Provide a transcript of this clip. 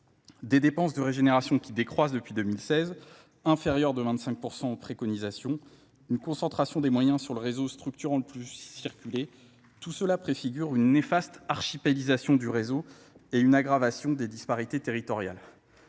des dépenses de régénération qui décroissent depuis deux mille seize inférieure de vingt cinq en préconisations une concentration des moyens sur le réseau structurant le pluss circulé tout cela préfigure une néfaste archipélagique aggravation des disparités territoriales